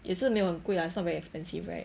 也是没有贵啦 it's not very expensive right